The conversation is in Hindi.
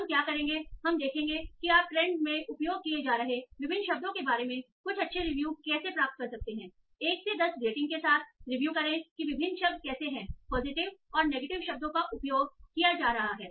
हम क्या करेंगे हम देखेंगे कि आप ट्रेंड में उपयोग किए जा रहे विभिन्न शब्दों के बारे में कुछ अच्छे रिव्यू कैसे प्राप्त कर सकते हैं1 से 10 रेटिंग के साथ रिव्यू करें कि विभिन्न शब्द कैसे हैं पॉजिटिव और नेगेटिव शब्दों का उपयोग किया जा रहा है